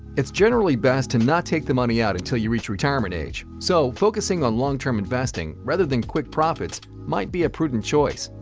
it's generally best to not take the money out until you reach retirement age, so focusing on long-term investing rather than quick profits might be a prudent choice.